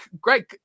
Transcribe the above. great